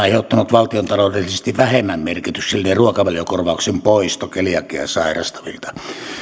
valtiontaloudellisesti vähemmän merkityksellinen ruokavaliokorvauksen poisto keliakiaa sairastavilta